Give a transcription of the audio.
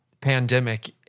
pandemic